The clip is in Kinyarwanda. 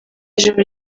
ijoro